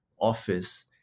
office